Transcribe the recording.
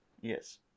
Yes